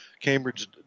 Cambridge